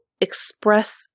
express